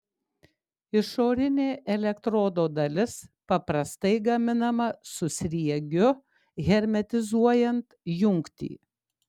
išorinė elektrodo dalis paprastai gaminama su sriegiu hermetizuojant jungtį